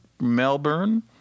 Melbourne